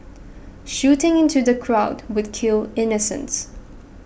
shooting into the crowd would kill innocents